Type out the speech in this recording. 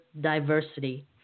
diversity